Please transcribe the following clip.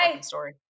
story